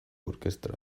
orkestrak